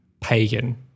pagan